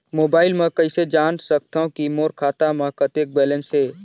Mobile म कइसे जान सकथव कि मोर खाता म कतेक बैलेंस से?